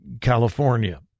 California